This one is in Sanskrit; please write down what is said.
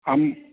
आम्